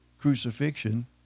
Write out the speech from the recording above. crucifixion